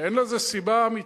ואין לזה סיבה אמיתית.